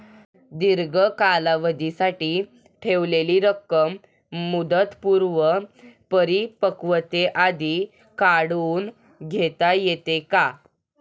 दीर्घ कालावधीसाठी ठेवलेली रक्कम मुदतपूर्व परिपक्वतेआधी काढून घेता येते का?